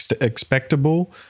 expectable